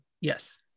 yes